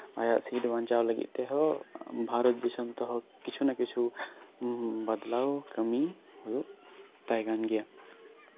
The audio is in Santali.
ᱟᱭᱟᱜ ᱥᱤᱴ ᱵᱟᱧᱪᱟᱣ ᱛᱮᱦᱚᱸ ᱵᱷᱟᱨᱚᱛ ᱫᱤᱥᱚᱢ ᱛᱮᱦᱚᱸ ᱠᱤᱪᱷᱩ ᱱᱟ ᱠᱤᱪᱷᱩ ᱵᱚᱫᱽᱞᱟᱣ ᱠᱟᱹᱢᱤ ᱦᱳᱭᱳᱜ ᱛᱟᱭ ᱠᱟᱱ ᱜᱮᱭᱟ